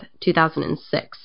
2006